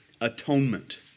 atonement